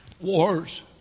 Wars